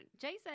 Jason